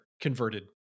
converted